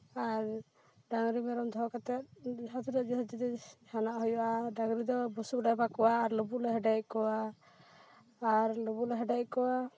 ᱟᱨ ᱰᱟᱝᱨᱤ ᱢᱮᱨᱚᱢ ᱫᱚᱦᱚ ᱠᱟᱛᱮ ᱡᱟᱦᱟᱸ ᱛᱤᱱᱟᱹᱜ ᱡᱟᱦᱟᱱᱟᱜ ᱦᱩᱭᱩᱜᱼᱟ ᱰᱟᱝᱨᱤ ᱫᱚ ᱵᱩᱥᱩᱵ ᱞᱮ ᱮᱢᱟ ᱠᱚᱣᱟ ᱟᱨ ᱞᱩᱵᱩᱜ ᱞᱮ ᱦᱮᱰᱮᱡ ᱟᱠᱚᱣᱟ ᱟᱨ ᱞᱩᱵᱩᱜ ᱞᱮ ᱦᱮᱰᱮᱡ ᱟᱠᱚᱣᱟ